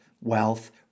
wealth